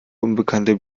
unbekannte